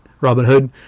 Robinhood